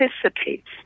participates